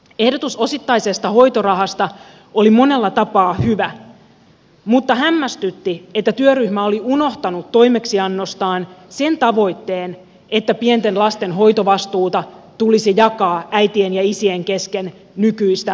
ehdotus osittaisesta hoitorahasta oli monella tapaa hyvä mutta hämmästytti että työryhmä oli unohtanut toimeksiannostaan sen tavoitteen että pienten lasten hoitovastuuta tulisi jakaa äitien ja isien kesken nykyistä tasaisemmin